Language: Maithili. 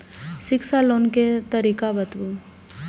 शिक्षा लोन के तरीका बताबू?